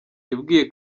yabwiye